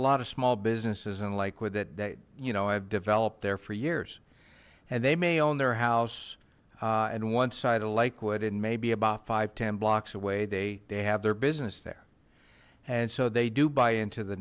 lot of small businesses in lakewood that they you know i've developed there for years and they may own their house and one side of lakewood and maybe about five ten blocks away they they have their business there and so they do buy into the